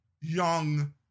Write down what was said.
young